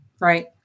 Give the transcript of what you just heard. Right